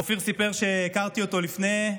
אופיר סיפר, כשהכרתי אותו לפני,